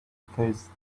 phase